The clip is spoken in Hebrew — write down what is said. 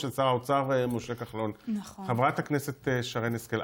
שהוא חלק בלתי נפרד מחוקי הסיפוח.